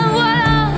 voilà